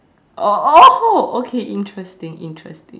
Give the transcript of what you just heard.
oh oh okay interesting interesting